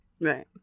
right